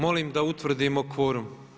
Molim da utvrdimo kvorum.